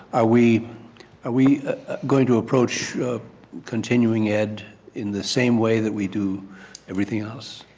ah we ah we going to approach continuing ed in the same way that we do everything else?